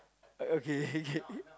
uh okay K